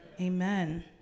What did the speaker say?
Amen